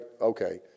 okay